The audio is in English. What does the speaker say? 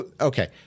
okay